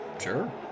Sure